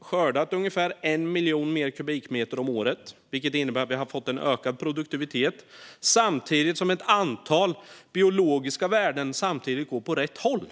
skördat ungefär 1 miljon fler kubikmeter om året, vilket innebär att vi har fått en ökad produktivitet. Samtidigt har ett antal biologiska värden gått åt rätt håll.